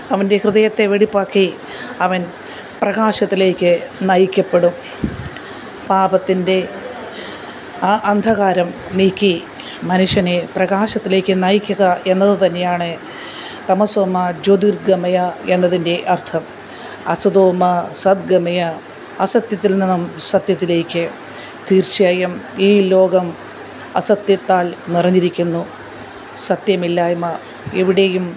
അവന്റെ ഹൃദയത്തെ വെടിപ്പാക്കി അവന് പ്രകാശത്തിലേക്ക് നയിക്കപ്പെടും പാപത്തിന്റെ ആ അന്ധകാരം നീക്കി മനുഷ്യനെ പ്രകാശത്തിലേക്ക് നയിക്കുക എന്നത് തന്നെയാണ് തമസോമാ ജ്യോതിര്ഗമയ എന്നതിന്റെ അര്ത്ഥം അസതോമാ സദ്ഗമയ അസത്യത്തില് നിന്നും സത്യത്തിലേക്ക് തീര്ച്ചയായും ഈ ലോകം അസത്യത്താല് നിറഞ്ഞിരിക്കുന്നു സത്യമില്ലായ്മ എവിടെയും